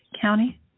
County